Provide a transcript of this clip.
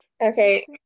Okay